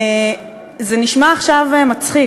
זה נשמע עכשיו מצחיק,